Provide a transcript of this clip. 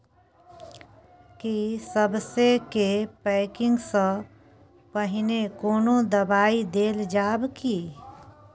की सबसे के पैकिंग स पहिने कोनो दबाई देल जाव की?